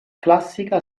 classica